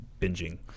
binging